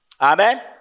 Amen